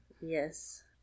Yes